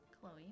Chloe